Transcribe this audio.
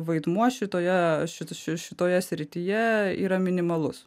vaidmuo šitoje ši šitoje srityje yra minimalus